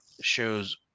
shows